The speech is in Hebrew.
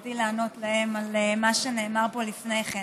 רציתי לענות להם על מה שנאמר פה לפני כן.